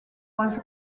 was